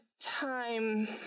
time